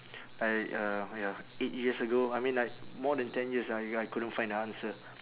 I uh ya eight years ago I mean like more than ten years I I couldn't find the answer